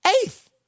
eighth